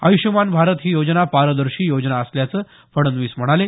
आयुष्मान भारत ही योजना पारदर्शी योजना असल्याचं फडणवीस म्हणाले